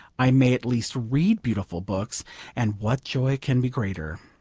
i may at least read beautiful books and what joy can be greater?